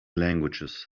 languages